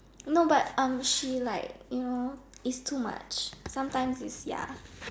no but um she like you know is too much sometimes is ya